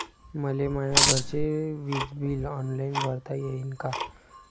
मले माया घरचे विज बिल ऑनलाईन भरता येईन का?